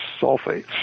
sulfates